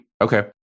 okay